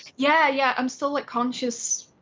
yeah. yeah. i'm still like conscious.